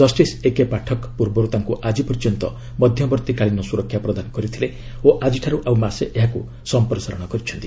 justice A K Pathak ପୂର୍ବରୁ ତାଙ୍କୁ ଆଜିପର୍ଯ୍ୟନ୍ତ ମଧ୍ୟବର୍ତ୍ତୀକାଳୀନ ସୁରକ୍ଷା ପ୍ରଦାନ କରିଥିଲେ ଓ ଆକ୍ଟିଠାରୁ ଆଉ ମାସେ ଏହାକୁ ସମ୍ପ୍ରସାରଣ କରିଛନ୍ତି